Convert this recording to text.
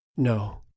No